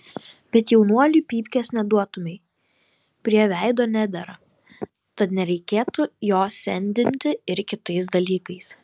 bet jaunuoliui pypkės neduotumei prie veido nedera tad nereikėtų jo sendinti ir kitais dalykais